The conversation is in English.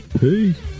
Peace